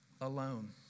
alone